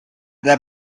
that